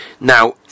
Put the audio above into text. Now